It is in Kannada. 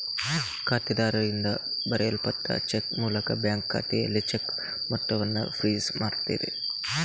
ಖಾತೆದಾರರಿಂದ ಬರೆಯಲ್ಪಟ್ಟ ಚೆಕ್ ಮೂಲಕ ಬ್ಯಾಂಕು ಖಾತೆಯಲ್ಲಿ ಚೆಕ್ ಮೊತ್ತವನ್ನ ಫ್ರೀಜ್ ಮಾಡ್ತದೆ